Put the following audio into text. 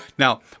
Now